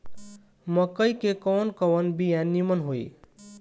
मकई के कवन कवन बिया नीमन होई?